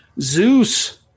Zeus